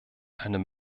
einem